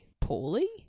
poorly